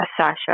Sasha